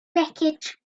wreckage